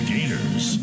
Gators